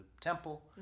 temple